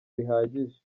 bihagije